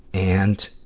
and